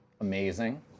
Amazing